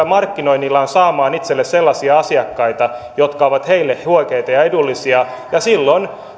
markkinoinnillaan saamaan itselleen sellaisia asiakkaita jotka ovat heille huokeita ja edullisia ja silloin